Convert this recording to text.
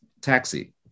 taxi